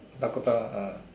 Dakota ah